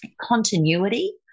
continuity